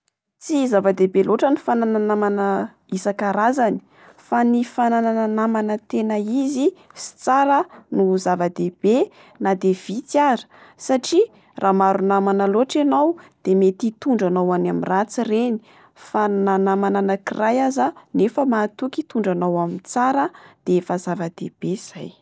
Tsy zava-dehibe loatra ny fananana namana isan-karazany. Fa ny fananana namana tena izy sy tsara no zavadehibe na dia vitsy ary. Satria raha maro namana loatra enao de mety hitondra anao any amin'ny ratsy ireny. Fa na namana anakiray aza nefa mahatoky hitondra anao amin'ny tsara de efa zavadehibe izay.